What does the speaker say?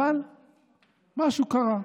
אבל משהו קרה.